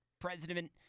President